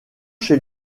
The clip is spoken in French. chez